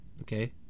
Okay